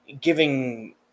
giving